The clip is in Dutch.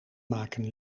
maken